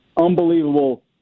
Unbelievable